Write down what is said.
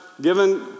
given